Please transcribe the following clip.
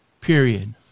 period